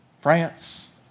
France